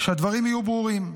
שהדברים יהיו ברורים,